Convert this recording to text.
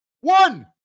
one